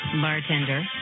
bartender